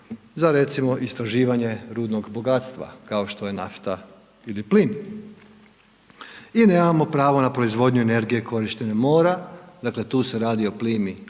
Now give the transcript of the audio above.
za recimo istraživanje rudnog bogatstva kao to je nafta ili plin i nemamo pravo na proizvodnju energije korištenjem mora, dakle tu se radi o plimi,